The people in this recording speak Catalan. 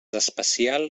especial